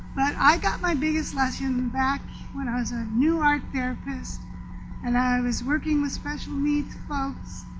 but i got my biggest lesson back when i was a new art therapist and i was working with special needs folks,